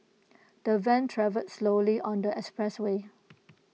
the van travelled slowly on the expressway